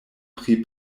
pri